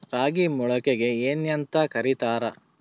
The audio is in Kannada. ರಾಗಿ ಮೊಳಕೆಗೆ ಏನ್ಯಾಂತ ಕರಿತಾರ?